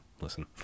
listen